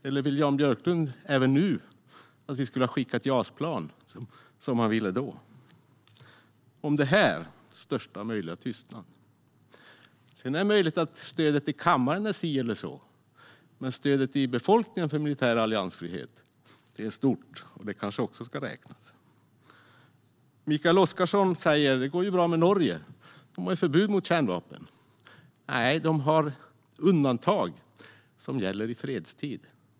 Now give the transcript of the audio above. Eller vill Jan Björklund även nu att vi skulle ha skickat JAS-plan, som han ville då? Om det här råder största möjliga tystnad. Det är möjligt att stödet i kammaren är si eller så, men stödet i befolkningen för militär alliansfrihet är stort, och det kanske också ska räknas. Mikael Oscarsson säger att det går bra i Norge, för där har man förbud mot kärnvapen. Nej, man har ett undantag som gäller i fredstid.